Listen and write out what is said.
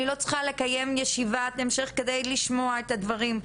אני לא צריכה לקיים ישיבת המשך על מנת לשמוע את הדברים.